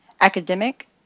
academic